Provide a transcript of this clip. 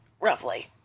roughly